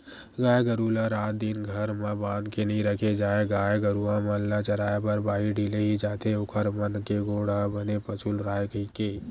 गाय गरु ल रात दिन घर म बांध के नइ रखे जाय गाय गरुवा मन ल चराए बर बाहिर ढिले ही जाथे ओखर मन के गोड़ ह बने पसुल राहय कहिके